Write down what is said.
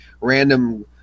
random